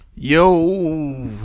Yo